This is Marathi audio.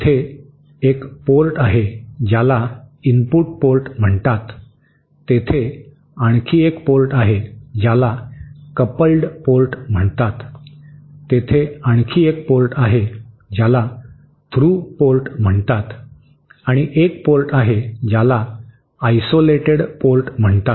तेथे एक पोर्ट आहे ज्याला इनपुट पोर्ट म्हणतात तेथे आणखी एक पोर्ट आहे ज्याला कपल्ड पोर्ट म्हणतात तेथे आणखी एक पोर्ट आहे ज्याला थ्रु पोर्ट म्हणतात आणि एक पोर्ट आहे ज्याला आयसोलेटेड पोर्ट म्हणतात